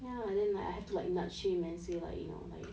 ya and then like I have to like nudge him and say like you know like